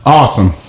awesome